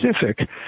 specific